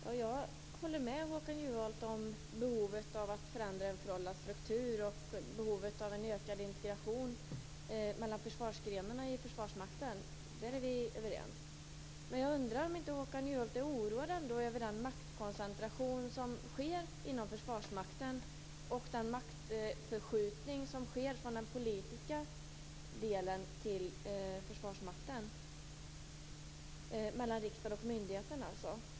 Herr talman! Jag håller med Håkan Juholt om behovet av att förändra en föråldrad struktur och behovet av en ökad integration mellan försvarsgrenarna inom Försvarsmakten. Där är vi överens. Men jag undrar om inte Håkan Juholt ändå är oroad över den maktkoncentration som sker inom Försvarsmakten och den maktförskjutning som sker från den politiska makten till Försvarsmakten, dvs. mellan riksdagen och myndigheten.